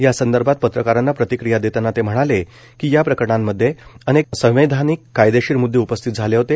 यासंदर्भात पत्रकारांना प्रतिक्रिया देताना ते म्हणाले की या प्रकरणामध्ये अनेक संवैधानिक कायदेशीर मुददेदे उपस्थित झाले होते